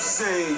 say